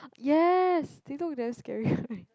yes they look damn scary